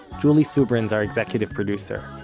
julie subrin's our executive producer.